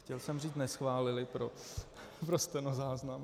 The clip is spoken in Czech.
chtěl jsem říct neschválili pro stenozáznam.